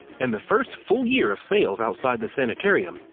in the first full year of sales outside the sanitarium,